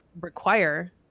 require